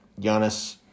Giannis